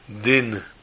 din